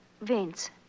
Vince